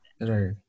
Right